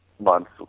Months